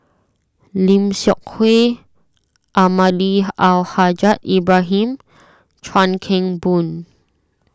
Lim Seok Hui Almahdi Al Haj Ibrahim Chuan Keng Boon